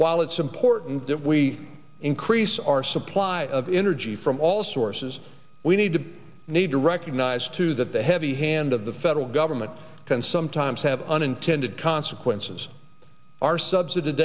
while it's important that we increase our supply of energy from all sources we need to need to recognize too that the heavy hand of the federal government can sometimes have unintended consequences are subsidized